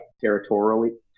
territorially